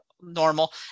normal